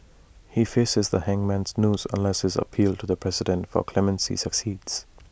he faces the hangman's noose unless his appeal to the president for clemency succeeds